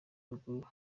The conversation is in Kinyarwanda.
ruguru